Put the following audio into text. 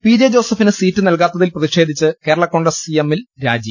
P J ജോസഫിന് seat നൽകാത്തിൽ പ്രതിഷേധിച്ച് കേരള കോൺഗ്രസ് എം ൽ രാജി